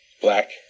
Black